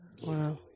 Wow